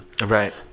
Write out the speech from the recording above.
Right